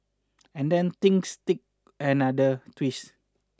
and then things take another twist